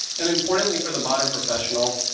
and importantly for the modern professional,